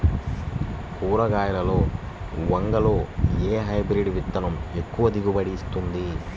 కూరగాయలలో వంగలో ఏ హైబ్రిడ్ విత్తనం ఎక్కువ దిగుబడిని ఇస్తుంది?